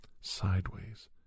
sideways